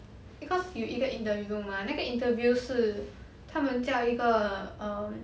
because you in the interview zone mah 那个 interview 是他们叫一个 um